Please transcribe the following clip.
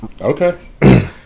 okay